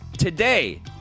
Today